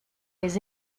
les